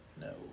No